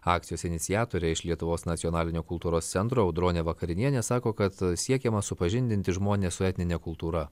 akcijos iniciatoriai iš lietuvos nacionalinio kultūros centro audronė vakarinienė sako kad siekiama supažindinti žmones su etnine kultūra